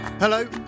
Hello